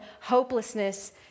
hopelessness